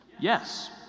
yes